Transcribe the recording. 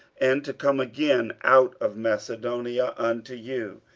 and to come again out of macedonia unto you,